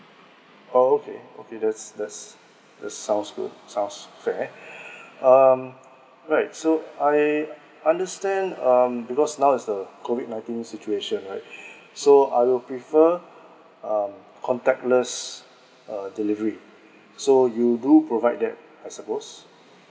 oh okay okay that's that's that's sounds good sounds fair um right so I understand um because now is the COVID nineteen situation right so I will prefer um contactless uh delivery so you do provide that I suppose